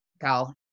Cal